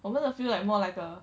我们的 feel like more like a